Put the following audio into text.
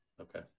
okay